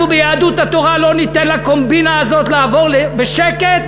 אנחנו ביהדות התורה לא ניתן לקומבינה הזאת לעבור בשקט,